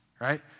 Right